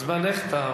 זמנך תם,